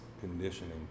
conditioning